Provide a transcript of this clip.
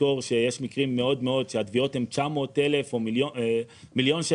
לזכור שיש מקרים שבהם התביעות הן מיליון שקלים,